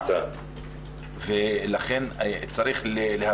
ושלא נדבר גם על התנופה הכלכלית שיכולה